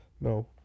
No